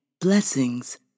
Blessings